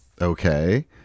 Okay